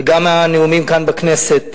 וגם הנאומים כאן בכנסת,